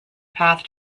path